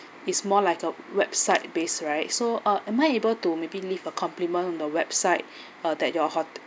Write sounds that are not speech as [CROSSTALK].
it's more like a website based right so uh am I able to maybe leave a compliment on the website [BREATH] uh that your hot~